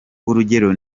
urugero